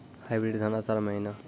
Hybrid धान आषाढ़ महीना?